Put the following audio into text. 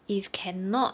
if cannot